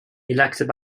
elected